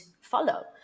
follow